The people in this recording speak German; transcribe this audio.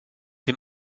wir